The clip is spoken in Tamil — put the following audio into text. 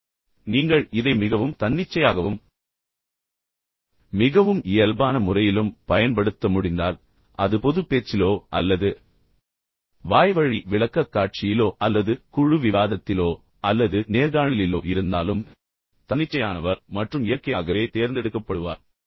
உண்மையில் நீங்கள் இதை மிகவும் தன்னிச்சையாகவும் மிகவும் இயல்பான முறையிலும் பயன்படுத்த முடிந்தால் அது பொதுப் பேச்சிலோ அல்லது வாய்வழி விளக்கக்காட்சியிலோ அல்லது குழு விவாதத்திலோ அல்லது நேர்காணலிலோ இருந்தாலும் தன்னிச்சையானவர் மற்றும் இயற்கையாகவே தேர்ந்தெடுக்கப்படுவார்